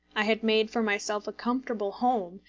i had made for myself a comfortable home,